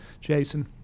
Jason